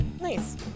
Nice